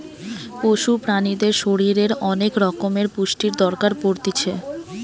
পশু প্রাণীদের শরীরের অনেক রকমের পুষ্টির দরকার পড়তিছে